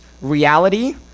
reality